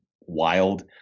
wild